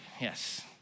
yes